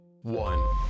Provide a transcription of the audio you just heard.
One